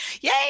Yay